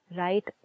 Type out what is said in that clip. right